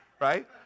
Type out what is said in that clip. right